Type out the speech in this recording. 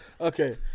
Okay